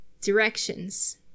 Directions